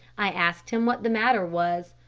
i asked him what the matter was.